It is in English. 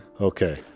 Okay